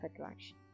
attraction